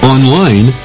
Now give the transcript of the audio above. Online